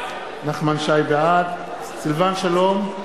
בעד סילבן שלום,